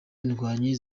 indwanyi